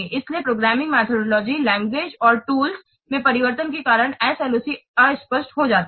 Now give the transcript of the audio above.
इसलिए programming methodologies languages और tools में परिवर्तन के कारण SLOC अस्पष्ट हो जाती है